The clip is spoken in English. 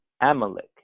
Amalek